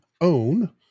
own